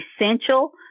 essential